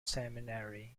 seminary